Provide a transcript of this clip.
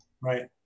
Right